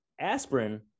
Aspirin